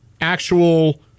actual